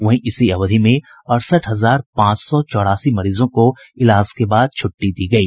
वहीं इसी अवधि में अड़सठ हजार पांच सौ चौरासी मरीजों को इलाज के बाद छुट्टी दी गयी